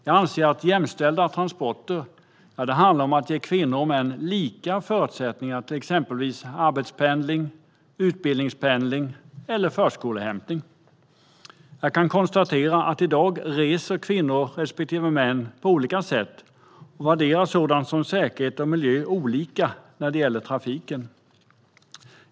Jag anser att jämställda transporter handlar om att ge kvinnor och män lika förutsättningar för exempelvis arbetspendling, utbildningspendling eller förskolehämtning. Jag kan konstatera att i dag reser kvinnor respektive män på olika sätt och värderar sådant som säkerhet och miljö olika när det gäller trafiken.